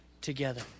together